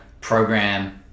program